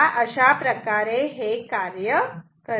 अशाप्रकारे हे कार्य करते